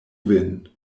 vin